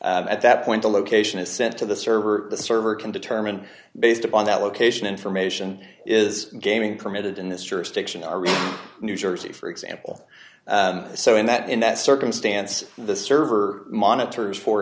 at that point the location is sent to the server the server can determine based upon that location information is gaming permitted in this jurisdiction are in new jersey for example so in that in that circumstance the server monitors for